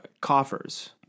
coffers